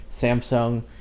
Samsung